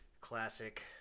classic